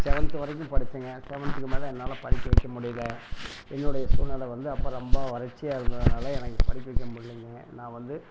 seventh வரைக்கும் படிச்சேங்க சவன்த்துக்கு மேல் என்னால் படிக்க வைக்க முடியல என்னுடைய சூழ்நிலை வந்து அப்போ ரொம்ப வறட்சியாக இருந்ததினால எனக்கு படிக்க வைக்க முடியலங்க நான் வந்து